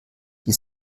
die